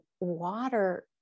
water